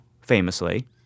famously